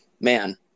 Man